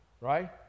right